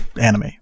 anime